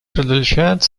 продолжать